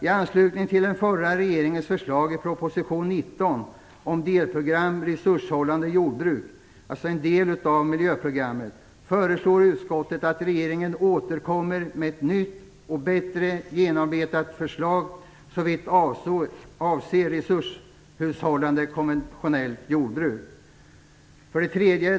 I anslutning till den förra regeringens förslag i proposition 19 om delprogrammet Resurshushållande jordbruk, alltså en del av miljöprogrammet, föreslår utskottet att regeringen återkommer med ett nytt och bättre genomarbetat förslag såvitt avser resurshushållande konventionellt jordbruk. 3.